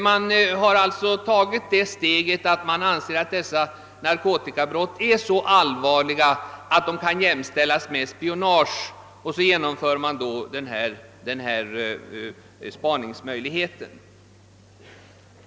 Vi tar det steget att vi anser ati narkotikabrotten är så allvarliga, att de kan jämföras med spionage, och vi vill därför ge polisen denna nya spaningsmöjlighet.